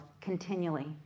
continually